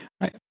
right